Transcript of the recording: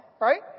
right